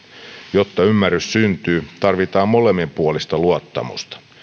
jotta ymmärrys syntyy tarvitaan molemminpuolista luottamusta